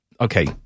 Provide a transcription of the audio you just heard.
okay